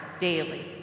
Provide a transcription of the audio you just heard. daily